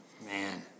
man